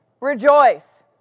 Rejoice